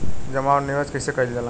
जमा और निवेश कइसे कइल जाला?